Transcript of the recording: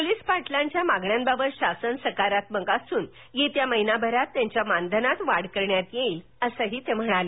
police Patil याच्या मागण्याबाबत शासन सकारात्मक असून येत्या महिनाभरात त्याच्या मानधनात वाढ करण्यात येईल असंही ते म्हणाले